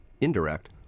indirect